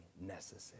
necessary